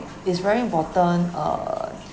it's very important err